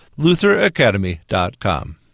lutheracademy.com